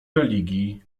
religii